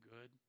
good